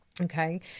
Okay